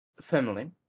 Family